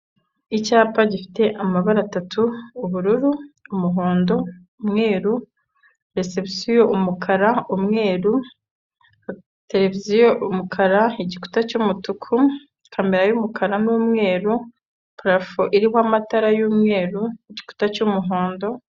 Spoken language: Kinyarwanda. Icyapa gifite amabara atatu ubururu, umuhondo, umweru resebusiyo, umukara, umweru, tereviyo umukara, igikuta cyu'umutuku kamera umukara n'umweru, parafo iriho amatara y'umweru igikuta cy'umuhondo.